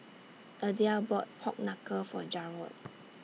Adelle bought Pork Knuckle For Jarod